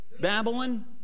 Babylon